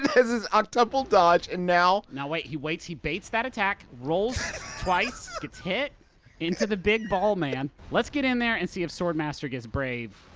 this is octuple dodge, and now now wait. he waits he baits that attack, rolls twice, gets hit into the big ball man. let's get in there and see if sword master gets brave.